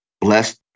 Bless